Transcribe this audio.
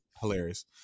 hilarious